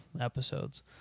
episodes